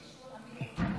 אמיר אוחנה.